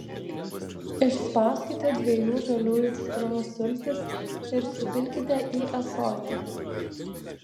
išspauskite dviejų žaliųjų citrinų sultis ir supilkite į ąsotį